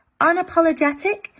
unapologetic